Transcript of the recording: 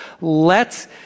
lets